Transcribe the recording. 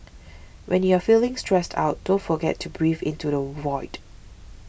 when you are feeling stressed out don't forget to breathe into the void